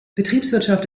betriebswirtschaft